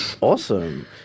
Awesome